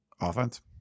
Offense